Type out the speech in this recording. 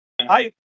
Hi